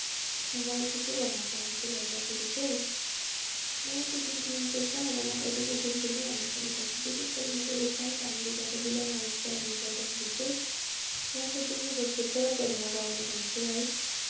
मैले चाहिँ के भन्न चाहन्छु भन्दाखेरि चाहिँ मलाई चाहिँ गीत मनपर्छ र म कहिलेकाहीँ गुनगुनाइहाल्ने पनि गर्छु विशेष गरी म चाहिँ इसाई फ्यामिलीबाट बिलङ गरेको कारणले गर्दाखेरि चाहिँ म चाहिँ बेसी जस्तो चर्चहरूमा गाउने गर्छु है